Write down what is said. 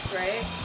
right